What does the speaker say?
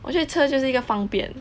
我觉得车就是一个方便